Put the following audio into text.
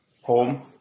home